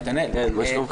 נתנאל, בשנה הראשונה